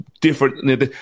different